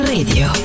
Radio